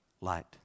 light